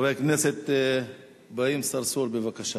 חבר הכנסת אברהים צרצור, בבקשה.